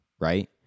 Right